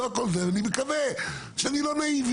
ואני מקווה שאני לא נאיבי.